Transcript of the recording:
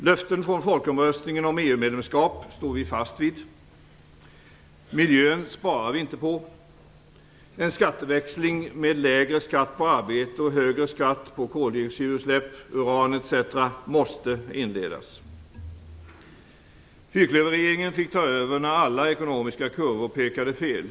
Löften från folkomröstningen om EU-medlemskap står vi fast vid. Miljön sparar vi inte på. En skatteväxling med lägre skatt på arbete och högre skatt på koldioxidutsläpp, uran etc. måste inledas. Fyrklöverregeringen fick ta över när alla ekonomiska kurvor pekade fel.